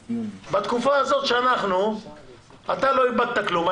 בתקופה הזאת אתה לא איבדת כלום,